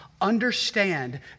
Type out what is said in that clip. understand